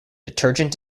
detergent